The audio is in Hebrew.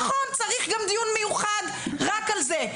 נכון, צריך גם דיון מיוחד רק על זה.